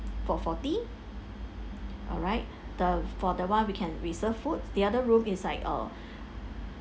for forty alright the for the one we can we serve foods the other room is like a